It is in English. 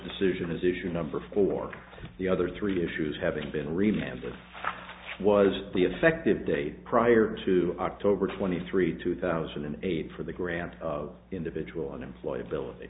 decision is issue number four the other three issues having been remembered was the effective date prior to october twenty three two thousand and eight for the grant of individual unemployability